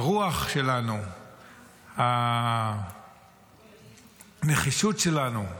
הרוח שלנו, הנחישות שלנו,